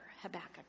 Habakkuk